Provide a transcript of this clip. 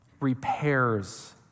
repairs